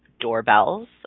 doorbells